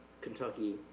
Kentucky